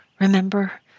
Remember